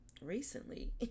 recently